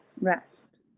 Rest